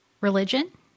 Religion